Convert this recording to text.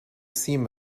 seem